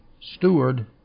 steward